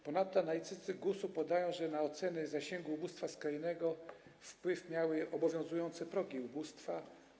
Ponadto analitycy GUS-u podają, że na oceny zasięgu ubóstwa skrajnego wpływ miały obowiązujące progi ubóstwa.